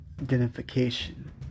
identification